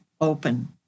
open